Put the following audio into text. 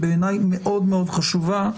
בעיניי היא מאוד-מאוד חשובה.